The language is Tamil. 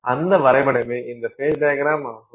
அந்த வரைபடமே இந்த ஃபேஸ் டையக்ரம் ஆகும்